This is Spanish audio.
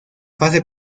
fase